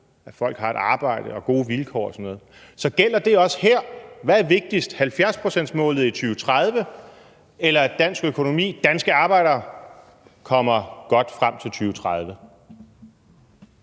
at folk har et arbejde og gode vilkår og sådan noget. Gælder det også her? Hvad er vigtigst – 70-procentsmålet i 2030, eller at dansk økonomi og danske arbejdere kommer godt frem til 2030?